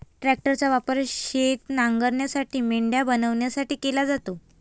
ट्रॅक्टरचा वापर शेत नांगरण्यासाठी, मेंढ्या बनवण्यासाठी केला जातो